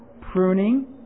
pruning